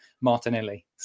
Martinelli